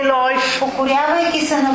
life